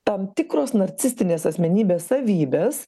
tam tikros narcistinės asmenybės savybės